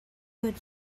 good